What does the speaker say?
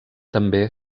també